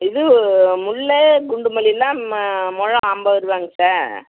இது முல்லை குண்டு மல்லிலாம் ம முழம் ஐம்பதுரூவாங்க சார்